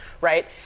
right